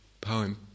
poem